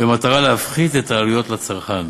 במטרה להפחית את העלויות לצרכן.